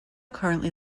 currently